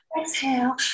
Exhale